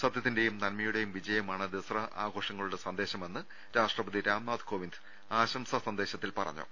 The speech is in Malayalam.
സത്യത്തിന്റെയും നന്മയുടെയും വിജയമാണ് ദസറ ആഘോഷങ്ങളുടെ സന്ദേശ മെന്ന് രാഷ്ട്രപതി രാംനാഥ് കോവിന്ദ് ആശംസാ സന്ദേശത്തിൽ പറഞ്ഞു